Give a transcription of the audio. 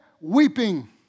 weeping